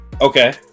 Okay